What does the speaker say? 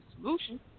solution